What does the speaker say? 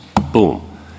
Boom